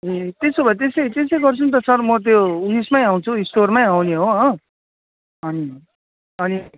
ए त्यसो भए त्यसै त्यसै गर्छु नि त सर म त्यो उइसमै आउँछु स्टोरमै आउने हो हो अनि अनि